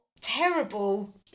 terrible